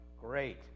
great